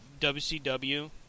WCW